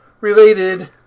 related